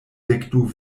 dekdu